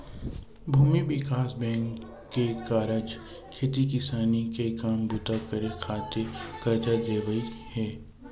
भूमि बिकास बेंक के कारज खेती किसानी के काम बूता करे खातिर करजा देवई हे